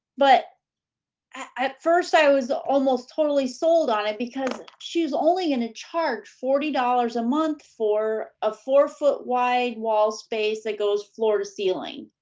but at first, i was almost totally sold on it because she's only gonna and charge forty dollars a month for a four-foot-wide wall space that goes floor-to-ceiling.